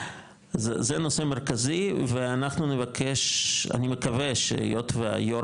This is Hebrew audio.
זה נושא מרכזי ואני מקווה שהיות והיו"ר